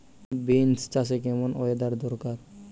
Beans চাষে কেমন weather দরকার?